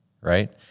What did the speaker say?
right